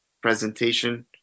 presentation